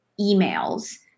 emails